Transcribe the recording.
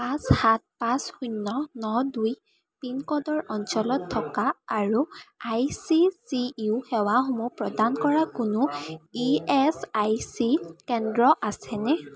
পাঁচ সাত পাঁচ শূণ্য় ন দুই পিনক'ডৰ অঞ্চলত থকা আৰু আই চি চি ইউ সেৱাসমূহ প্ৰদান কৰা কোনো ই এচ আই চি কেন্দ্ৰ আছেনে